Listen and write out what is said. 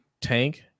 Tank